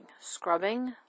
scrubbing